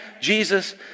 Jesus